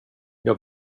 jag